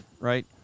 right